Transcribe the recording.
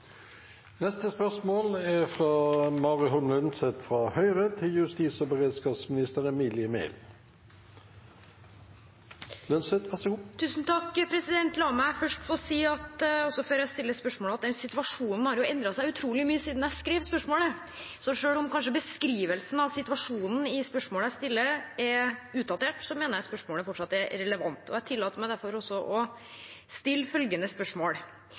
La meg, før jeg stiller spørsmålet, få si at situasjonen har endret seg utrolig mye siden jeg skrev spørsmålet. Så selv om kanskje beskrivelsen av situasjonen i spørsmålet jeg stiller, er utdatert, mener jeg det fortsatt er relevant. Jeg tillater meg derfor å stille følgende spørsmål: